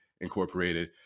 incorporated